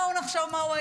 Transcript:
בואו נחשוב מה הוא,